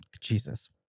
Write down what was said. Jesus